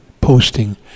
posting